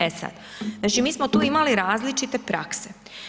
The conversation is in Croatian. E sad, znači mi smo tu imali različite prakse.